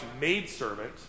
maidservant